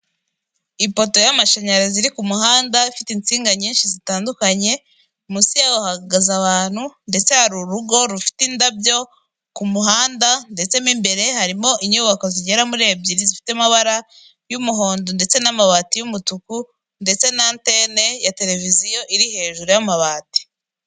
Ipoto y'amashinyarazi iri ku muhanda, ifite insinga nyinshi nzitandukanye, munsi yayo hahagaze abantu, ndetse hari urugo rufite indabyo ku muhanda, ndetse mo imbere harimo inyubako zigera muri ebyiri, zifite amabara y'umuhondo ndetse n'amabati y'umutuku ndetse na atente ya tereviziyo iri hejuru y'amabati.